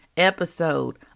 Episode